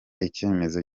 icyemezo